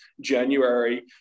january